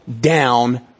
down